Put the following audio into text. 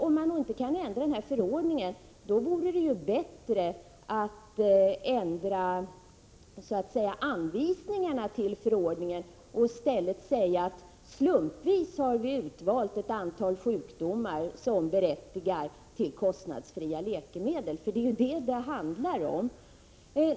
Om man inte kan ändra förordningen vore det bättre att ändra så att säga anvisningarna till förordningen och i stället säga att vi slumpmässigt valt ut ett antal sjukdomar som berättigar till kostnadsfria läkemedel, för det är ju detta det handlar om.